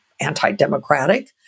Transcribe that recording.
anti-democratic